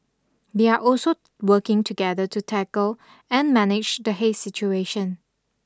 they are also working together to tackle and manage the haze situation